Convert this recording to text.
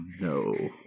No